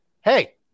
hey